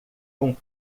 com